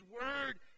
Word